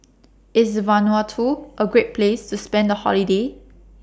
IS Vanuatu A Great Place to spend The Holiday